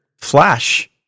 Flash